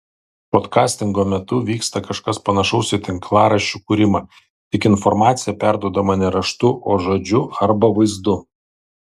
podkastingo metu vyksta kažkas panašaus į tinklaraščių kūrimą tik informacija perduodama ne raštu o žodžiu arba vaizdu